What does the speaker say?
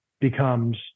becomes